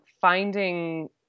finding